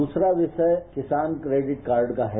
द्रसत्त विषय किसान credit card का है